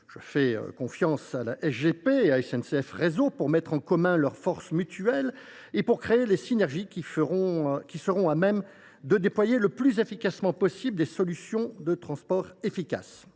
Je fais confiance à la SGP et à SNCF Réseau pour mettre en commun leurs forces mutuelles et pour créer les synergies à même de déployer le plus efficacement possible des solutions de transports efficaces.